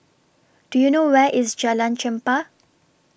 Do YOU know Where IS Jalan Chempah